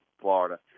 Florida